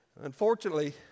Unfortunately